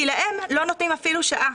כי להם לא נותנים אפילו שעה,